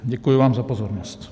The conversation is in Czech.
Děkuji vám za pozornost.